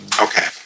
Okay